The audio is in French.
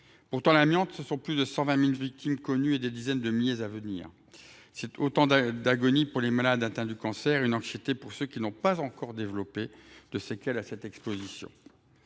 Pourtant, l’amiante représente plus de 120 000 victimes connues et des dizaines de milliers à venir. Ce sont autant d’agonies pour les malades atteints de cancer et une anxiété pour ceux qui n’ont pas encore développé de séquelles à cette exposition.